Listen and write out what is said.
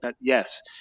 Yes